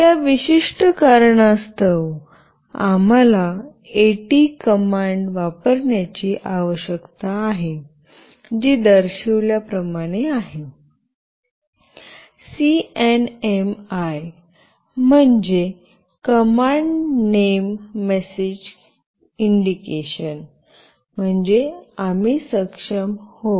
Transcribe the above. त्या विशिष्ट कारणास्तव आम्हाला एटी कमांड वापरण्याची आवश्यकता आहे जी दर्शविल्याप्रमाणे आहे सीएनएमआय म्हणजे कमांड नेम मेसेज इंडिकेशन म्हणजे आम्ही सक्षम होऊ